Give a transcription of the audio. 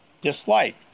dislike